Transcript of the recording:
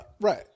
right